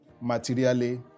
materially